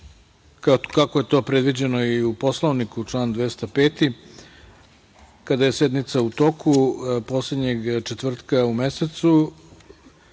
kako je to predviđeno i u Poslovniku u članu 205, kada je sednica u toku poslednjeg četvrtka u mesecu